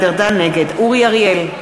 נגד אורי אריאל,